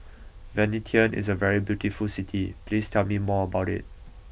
Vientiane is a very beautiful city please tell me more about it